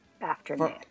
afternoon